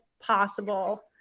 possible